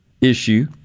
issue